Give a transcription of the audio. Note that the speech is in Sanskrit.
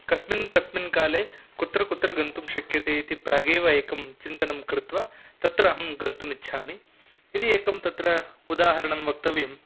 कस्मिन् कस्मिन् काले कुत्र कुत्र गन्तुं शक्यते इति प्रागेव एकं चिन्तनं कृत्वा तत्र अहं गन्तुम् इच्छामि यदि एकं तत्र उदाहरणं वक्तव्यम्